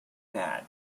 that